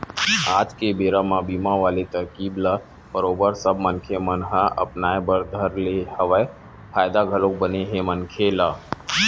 आज के बेरा म बीमा वाले तरकीब ल बरोबर सब मनखे मन ह अपनाय बर धर ले हवय फायदा घलोक बने हे मनखे ल